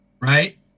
right